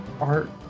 Art